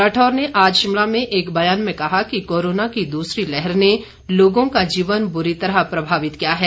राठौर ने आज शिमला में एक बयान में कहा कि कोरोना की दूसरी लहर ने लोगों का जीवन बुरी तरह प्रभावित किया है